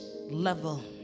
level